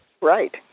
Right